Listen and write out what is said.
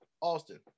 Austin